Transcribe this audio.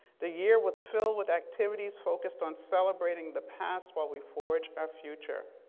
the year was filled with activities focused on celebrating the past while we forge our future.